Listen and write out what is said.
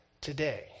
today